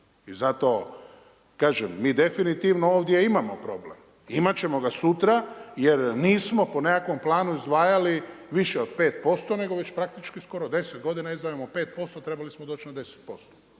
I zato kažem mi definitivno ovdje imamo problem. Imat ćemo ga sutra jer nismo po nekakvom planu izdvajali više od 5%, nego već praktički skoro 10% godina izdvajamo 5%, trebali smo doći na 10%.